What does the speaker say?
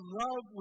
love